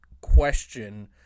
question